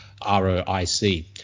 ROIC